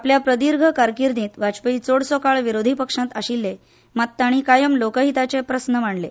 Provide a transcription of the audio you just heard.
आपले प्रदीर्घ कारकिर्दींत वाजपेयी चडसो काळ विरोधी पक्षांत आशिल्ले मात तांणी कायम लोकहिताचे प्रस्न मांडले